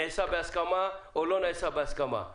אם נעשה בהסכמה או לא נעשה בהסכמה.